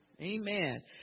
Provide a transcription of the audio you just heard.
Amen